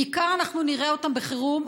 בעיקר נראה אותם בחירום.